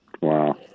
Wow